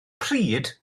pryd